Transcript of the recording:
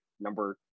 number